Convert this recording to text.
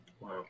wow